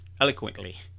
eloquently